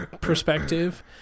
perspective